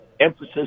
emphasis